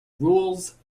rules